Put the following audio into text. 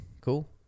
cool